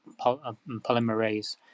polymerase